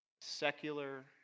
Secular